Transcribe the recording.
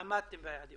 עמדתם ביעדים.